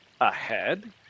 Ahead